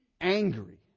angry